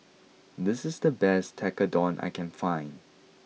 this is the best Tekkadon I can find